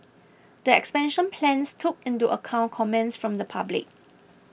the expansion plans took into account comments from the public